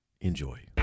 Enjoy